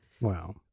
Wow